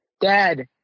Dad